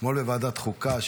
אתמול בוועדת חוקה,